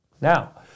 Now